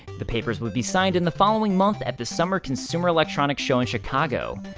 the papers would be signed in the following month at the summer consumer electronic show in chicago.